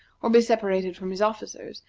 or be separated from his officers,